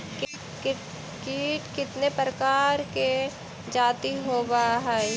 कीट कीतने प्रकार के जाती होबहय?